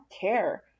care